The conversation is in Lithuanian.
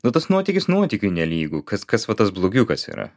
nu tas nuotykis nuotykiui nelygu kas kas va tas blogiukas yra